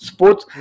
Sports